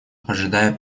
ожидая